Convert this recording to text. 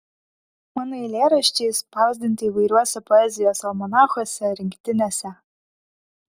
mano eilėraščiai spausdinti įvairiuose poezijos almanachuose rinktinėse